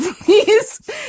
please